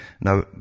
Now